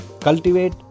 Cultivate